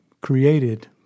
created